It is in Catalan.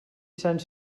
sant